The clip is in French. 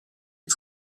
les